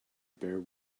bare